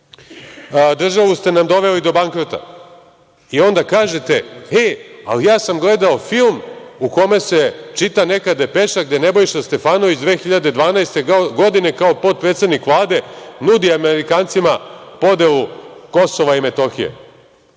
Državu ste nam doveli do bankrota. Onda kažete – e, ali ja sam gledao film u kome se čita neka depeša gde Nebojša Stefanović 2012. godine, kao potpredsednik Vlade, nudi Amerikancima podelu KiM.Kada ste